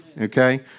Okay